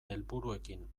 helburuekin